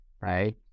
right